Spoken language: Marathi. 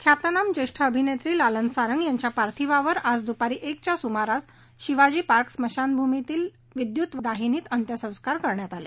ख्यातनाम ज्येष्ठ अभिनेत्री लालन सारंग यांच्या पार्थिवावर आज दुपारी एकच्या सुमारास शिवाजी पार्क स्मशान भूमीतील विद्युत वाहिनीत अत्यंसस्कार करण्यात आले